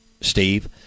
Steve